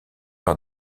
par